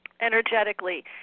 energetically